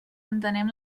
entenem